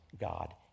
God